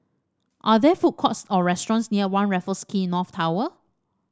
are there food courts or restaurants near One Raffles Quay North Tower